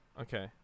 okay